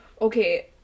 Okay